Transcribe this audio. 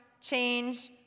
change